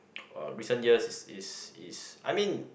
uh recent year is is is I mean